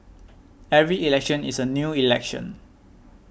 every election is a new election